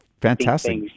fantastic